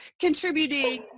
contributing